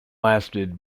lasted